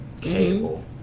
cable